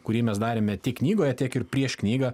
kurį mes darėme tik knygoje tiek ir prieš knygą